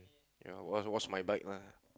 ya wash wash my bike lah